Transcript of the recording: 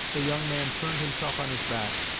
the young man turned himself on his back,